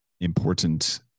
important